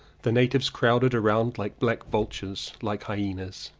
the natives crowded round like black vultures, like hyenas.